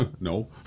No